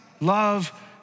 love